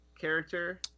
character